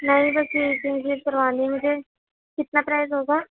نہیں بس یہی چیزیں کرانی ہیں مجھے کتنا پرائز ہوگا